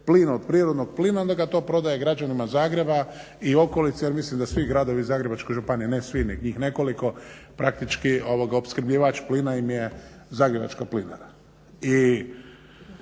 plin od prirodnog plina, onda ga to prodaje građanima Zagreba i okolice jer mislim da svi gradovi Zagrebačke županije, ne svi nego njih nekoliko praktički opskrbljivač plina im je Zagrebačka plinara.